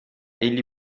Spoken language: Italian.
egli